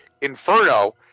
Inferno